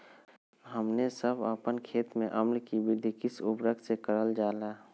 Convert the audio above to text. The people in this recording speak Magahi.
हमने सब अपन खेत में अम्ल कि वृद्धि किस उर्वरक से करलजाला?